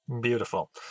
Beautiful